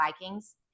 Vikings